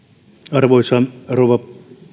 arvoisa rouva